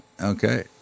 okay